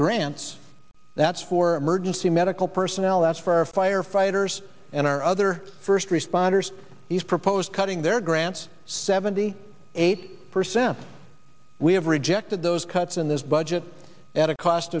grants that's for emergency medical personnel that's for our firefighters and our other first responders he's proposed cutting their grants seventy eight percent we have rejected those cuts in this budget at a cost